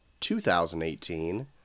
2018